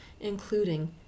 including